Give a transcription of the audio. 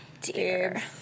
Dear